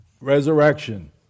Resurrection